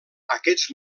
aquests